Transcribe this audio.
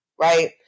Right